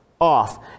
off